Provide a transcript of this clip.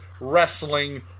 Wrestling